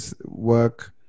work